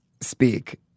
speak